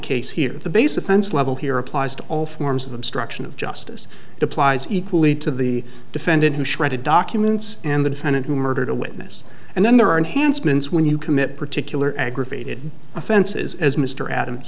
case here the base offense level here applies to all forms of obstruction of justice to plies equally to the defendant who shredded documents and the defendant who murdered a witness and then there are enhanced means when you commit particular aggravated offenses as mr adams